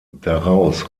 daraus